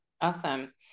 Awesome